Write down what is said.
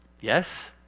Yes